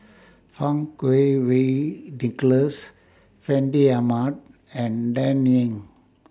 Fang Kuo Wei Nicholas Fandi Ahmad and Dan Ying